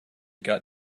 got